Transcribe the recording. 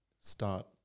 start